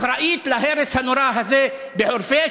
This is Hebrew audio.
אחראית להרס הנורא הזה בחורפיש.